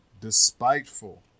despiteful